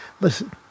Listen